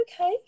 okay